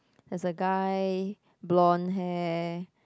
there's a guy blonde hair